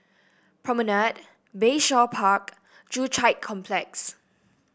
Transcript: Promenade Bayshore Park Joo Chiat Complex